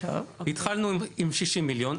התחלנו עם 60 מיליון,